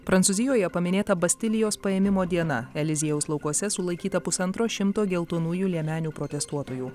prancūzijoje paminėta bastilijos paėmimo diena eliziejaus laukuose sulaikyta pusantro šimto geltonųjų liemenių protestuotojų